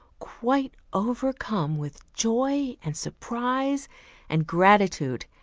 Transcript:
quite overcome with joy and surprise and gratitude,